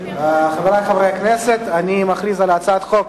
חברי חברי הכנסת, אני מכריז על הצעת חוק